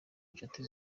nshuti